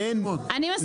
אני מסכימה איתך.